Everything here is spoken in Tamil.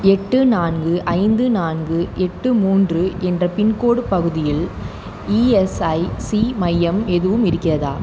எட்டு நான்கு ஐந்து நான்கு எட்டு மூன்று என்ற பின்கோட் பகுதியில் இஎஸ்ஐசி மையம் எதுவும் இருக்கிறதா